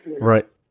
Right